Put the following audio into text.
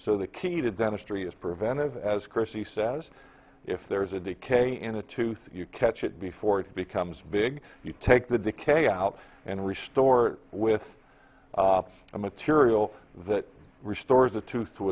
so the key to dentistry is preventive as chrissy says if there's a decay in the tooth you catch it before it becomes big you take the decay out and restore with a material that restores the tooth to